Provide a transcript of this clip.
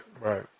right